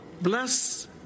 bless